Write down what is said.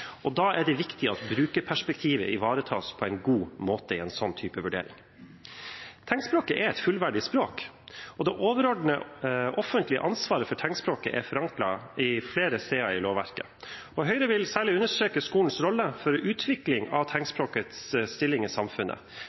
og da er det viktig at brukerperspektivet ivaretas på en god måte i en slik vurdering. Tegnspråket er et fullverdig språk, og det overordnede offentlige ansvaret for tegnspråket er forankret flere steder i lovverket. Høyre vil særlig understreke skolens rolle i utviklingen av tegnspråkets stilling i samfunnet.